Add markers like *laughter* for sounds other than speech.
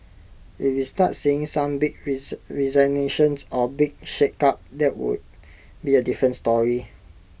if we start seeing some big *unintelligible* resignations or big shake up that would be A different story